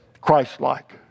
Christ-like